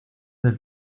del